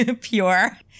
pure